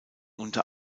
unter